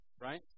Right